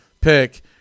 pick